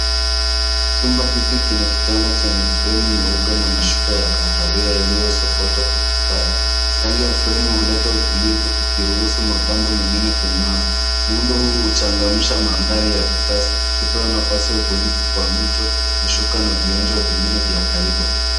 Chumba hiki kina kitanda chenye fremu nyeupe na mashuka ya kahawia iliyosokotwa kwa ustadi. Rangi ya fremu huleta utulivu ukiruhusu mapambano mengine kung'aa. Muundo huu huchangamsha mandhari ya kisasa, ukitoa nafasi ya ubunifu kwa mito mashuka na viunjo vingine vya haiba.